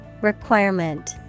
Requirement